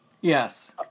Yes